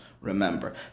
remember